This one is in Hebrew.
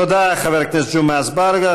תודה לחבר הכנסת ג'מעה אזברגה.